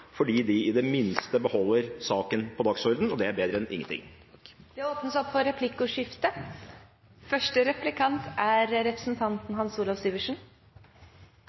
fordi de i det minste beholder saken på dagsordenen, og det er bedre enn ingenting. Det